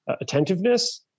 attentiveness